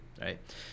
Right